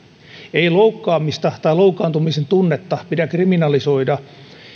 ei loukkaamista tai loukkaantumisen tunnetta pidä kriminalisoida